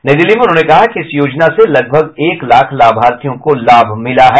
नई दिल्ली में उन्होंने कहा कि इस योजना से लगभग एक लाख लाभार्थियों को लाभ मिला है